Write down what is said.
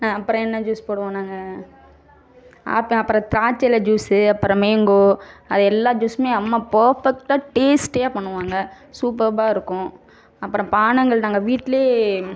அப்புறம் என்ன ஜூஸ் போடுவோம் நாங்கள் அப்றம் அப்புறம் திராட்சைல ஜூஸ்சு அப்புறம் மேங்கோ அது எல்லா ஜூஸ்சுமே அம்மா பெர்ஃபெக்ட்டாக டேஸ்டியாக பண்ணுவாங்கள் சூப்பராருக்கும் அப்புறம் பானங்கள் நாங்கள் வீட்டிலயே